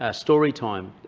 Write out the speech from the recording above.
ah storytime,